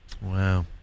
Wow